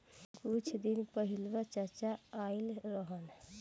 कुछ दिन पहिलवा चाचा आइल रहन